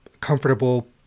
comfortable